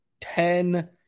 Ten